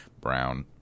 Brown